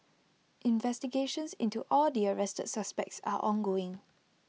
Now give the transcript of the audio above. investigations into all the arrested suspects are ongoing